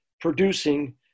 producing